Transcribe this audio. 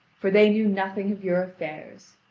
for they knew nothing of your affairs.